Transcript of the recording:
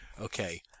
Okay